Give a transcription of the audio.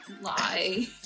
lie